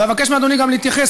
ואבקש מאדוני גם להתייחס,